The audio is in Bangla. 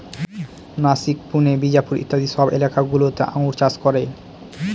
নাসিক, পুনে, বিজাপুর ইত্যাদি সব এলাকা গুলোতে আঙ্গুর চাষ করে